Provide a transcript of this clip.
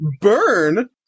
Burn